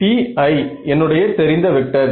Ti என்னுடைய தெரிந்த vector